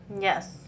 Yes